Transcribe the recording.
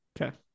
Okay